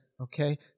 okay